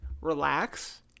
Relax